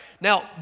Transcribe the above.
Now